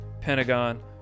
Pentagon